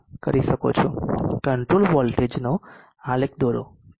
control વોલ્ટેજનનો આલેખ દોરો તે 0